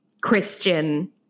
Christian